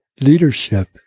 leadership